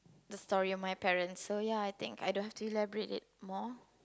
the story of my parents so ya I think I don't have to elaborate it more